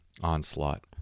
onslaught